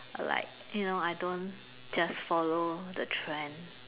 I like you know I don't just follow the trend